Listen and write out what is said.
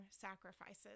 sacrifices